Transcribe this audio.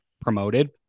promoted